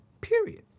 period